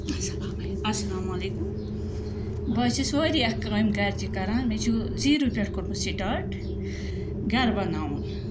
اَسلامُ علیکُم بہٕ حظ چھس واریاہ کامہِ گَرچہِ کَران مےٚ چھُ زیٖرو پٮ۪ٹھٕ کوٚرمُت سِٹاٹ گَرٕ بناوُن